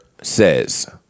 says